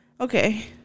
okay